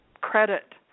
credit